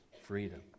freedom